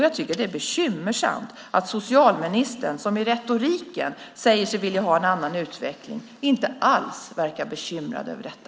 Jag tycker att det är bekymmersamt att socialministern, som i retoriken säger sig vilja ha en annan utveckling, inte alls verkar bekymrad över detta.